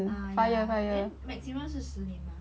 ah ya then maximum 是十年吗